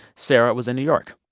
sarah was in new york.